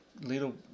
little